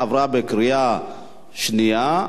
עברה בקריאה שנייה.